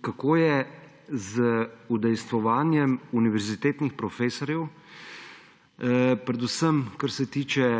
Kako je z udejstvovanjem univerzitetnih profesorjev, predvsem kar se tiče